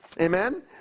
amen